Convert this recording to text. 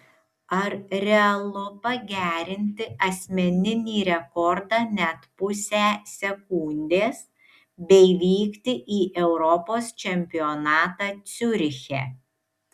ar realu pagerinti asmeninį rekordą net pusę sekundės bei vykti į europos čempionatą ciuriche